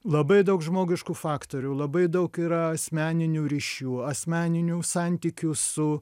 labai daug žmogiškų faktorių labai daug yra asmeninių ryšių asmeninių santykių su